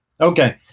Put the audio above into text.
Okay